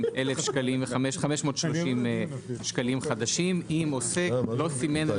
חוק הגנת הצרכן חל על כל העוסקים במשק למעט הגופים בתחום הפיננסי,